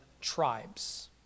tribes